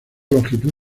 longitud